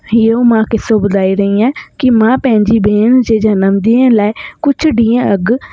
इहो मां क़िस्सो ॿुधाए रही आहियां कि मां पंहिंजी भेण जे जनम ॾींहं लाइ कुझु ॾींहं अॻु